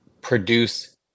produce